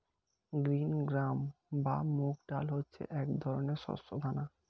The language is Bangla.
গ্রিন গ্রাম বা মুগ ডাল হচ্ছে এক ধরনের শস্য দানা